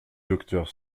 docteur